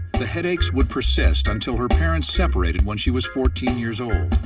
the headaches would persist until her parents separated when she was fourteen years old.